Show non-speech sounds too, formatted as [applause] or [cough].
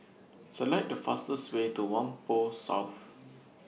[noise] Select The fastest Way to Whampoa South